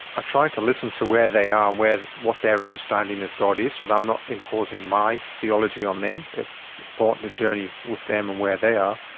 i try to listen to where they are and what their understanding of god is so that i'm not imposing my theology on them it's important to journey with them and where they are.